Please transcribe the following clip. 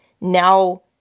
now